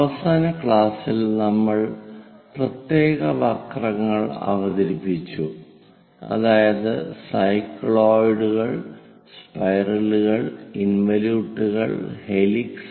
അവസാന ക്ലാസ്സിൽ നമ്മൾ പ്രത്യേക വക്രങ്ങൾ അവതരിപ്പിച്ചു അതായത് സൈക്ലോയിഡുകൾ സ്പൈറലുകൾ ഇൻവലിയൂട്ടുകൾ ഹെലിക്സ്